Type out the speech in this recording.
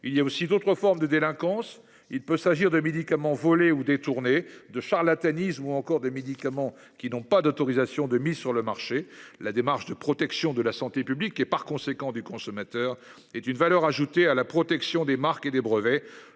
Il y a aussi d'autres formes de délinquance. Il peut s'agir de médicaments volés ou détournés de charlatanisme ou encore des médicaments qui n'ont pas d'autorisation de mise sur le marché. La démarche de protection de la santé publique et par conséquent du consommateur est une valeur ajoutée à la protection des marques et des brevets.